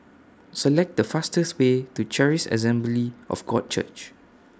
Select The fastest Way to Charis Assembly of God Church